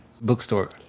bookstore